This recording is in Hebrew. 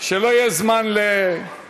שלא יהיה זמן לתיקונים.